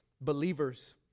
believers